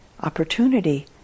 opportunity